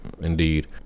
indeed